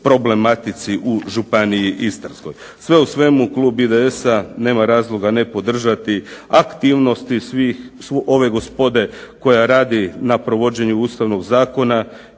problematici u županiji Istarskoj. Sve u svemu Klub IDS-a nema razloga ne podržati aktivnosti ove gospode koja radi na provođenju ustavnog zakona